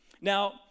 Now